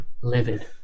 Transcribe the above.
livid